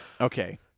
Okay